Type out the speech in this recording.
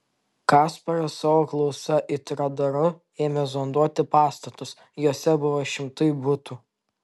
kasparas savo klausa it radaru ėmė zonduoti pastatus juose buvo šimtai butų